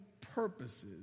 purposes